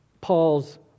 Paul's